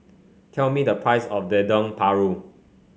tell me the price of the Dendeng Paru